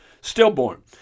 stillborn